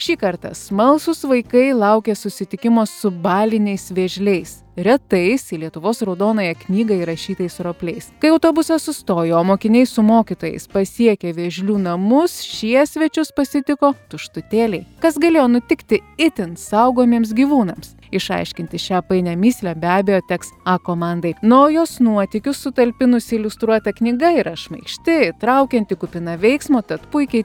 šį kartą smalsūs vaikai laukia susitikimo su baliniais vėžliais retais į lietuvos raudonąją knygą įrašytais ropliais kai autobusas sustojo o mokiniai su mokytojais pasiekė vėžlių namus šie svečius pasitiko tuštutėliai kas galėjo nutikti itin saugomiems gyvūnams išaiškinti šią painią mįslę be abejo teks a komandai na o jos nuotykius sutalpinusi iliustruota knyga yra šmaikšti įtraukianti kupina veiksmo tad puikiai